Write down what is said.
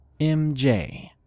MJ